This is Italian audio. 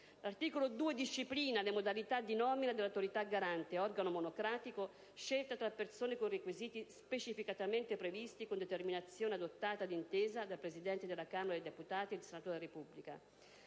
L'articolo 2 disciplina le modalità di nomina dell'Autorità garante, organo monocratico scelto tra persone con requisiti specificamente previsti, con determinazione adottata d'intesa dai Presidenti della Camera dei deputati e del Senato della Repubblica.